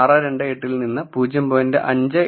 628 ൽ നിന്ന് 0